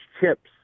chips